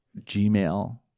Gmail